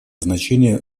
значение